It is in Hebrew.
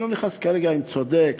אני לא נכנס כרגע אם זה צודק,